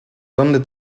dónde